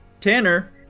tanner